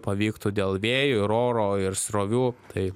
pavyktų dėl vėjo ir oro ir srovių tai